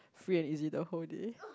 free and easy the whole day